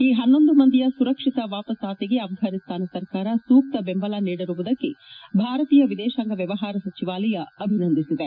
ಈ ಪನ್ನೊಂದು ಮಂದಿಯ ಸುರಕ್ಷಿತ ವಾಪಡಾತಿಗೆ ಅಫ್ರಾನಿಸ್ತಾನ ಸರ್ಕಾರ ಸೂಕ್ಷ ಬೆಂಬಲ ನೀಡಿರುವುದಕ್ಕೆ ಭಾರತೀಯ ವಿದೇತಾಂಗ ವ್ಯವಹಾರ ಸಚಿವಾಲಯ ಅಭಿನಂದಿಸಿದೆ